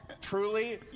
truly